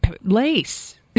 lace